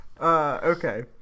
okay